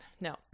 no